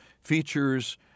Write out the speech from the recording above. features